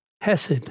hesed